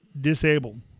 disabled